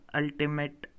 ultimate